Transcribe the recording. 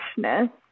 freshness